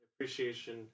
appreciation